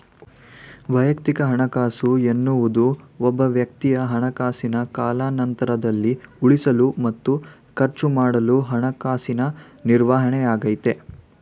ವೈಯಕ್ತಿಕ ಹಣಕಾಸು ಎನ್ನುವುದು ಒಬ್ಬವ್ಯಕ್ತಿ ಹಣಕಾಸಿನ ಕಾಲಾನಂತ್ರದಲ್ಲಿ ಉಳಿಸಲು ಮತ್ತು ಖರ್ಚುಮಾಡಲು ಹಣಕಾಸಿನ ನಿರ್ವಹಣೆಯಾಗೈತೆ